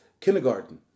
kindergarten